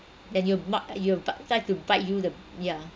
then you mark you bite try to bite you the yeah